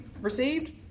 received